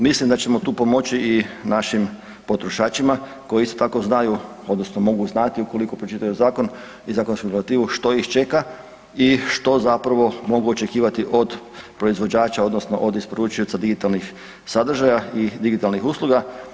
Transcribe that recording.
Mislim da ćemo tu pomoći i našim potrošačima koji isto tako znaju odnosno mogu znati ukoliko pročitaju zakon i zakonsku regulativu što ih čeka i što zapravo mogu očekivati od proizvođača odnosno od isporučioca digitalnih sadržaja i digitalnih usluga.